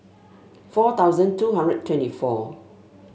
four thousand two hundred twenty four